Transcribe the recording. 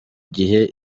gihe